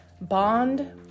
Bond